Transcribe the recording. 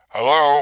Hello